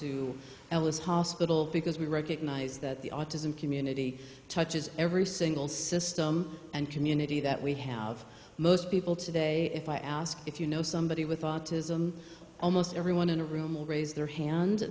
to ellis hospital because we recognize that the autism community touches every single system and community that we have most people today if i ask if you know somebody with autism almost everyone in a room will raise their hand